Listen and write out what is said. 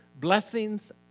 blessings